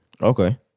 Okay